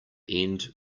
end